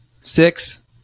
six